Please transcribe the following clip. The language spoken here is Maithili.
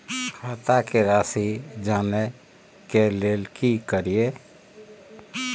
खाता के राशि जानय के लेल की करिए?